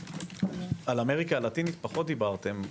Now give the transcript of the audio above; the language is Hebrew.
על אמריקה הלטינית פחות דיברתם.